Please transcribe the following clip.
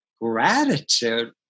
Gratitude